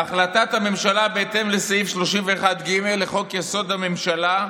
"החלטת הממשלה בהתאם לסעיף 31(ג) לחוק-יסוד: הממשלה,